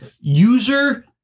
user